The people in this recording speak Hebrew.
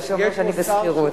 מה שאומר שאני בשכירות.